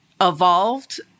evolved